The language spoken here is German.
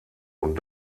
und